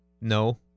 No